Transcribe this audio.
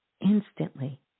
instantly